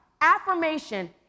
affirmation